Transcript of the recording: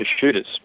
shooters